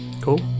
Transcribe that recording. Cool